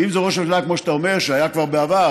ואם זה ראש ממשלה, כמו שאתה אומר, שהיה כבר בעבר